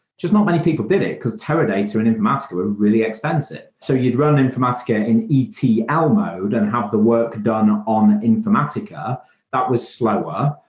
just not many people did it, because teradata and informatica were really expensive. so you'd run informatica in etl ah mode and have the work done ah on informatica that was slower,